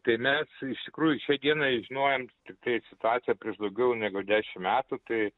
tai mes iš tikrųjų šiai dienai žinojom tiktai situaciją prieš daugiau negu dešim metų tai